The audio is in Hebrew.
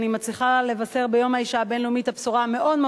אני מצליחה לבשר ביום האשה הבין-לאומי את הבשורה המאוד-מאוד